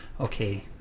okay